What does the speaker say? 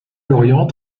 lorient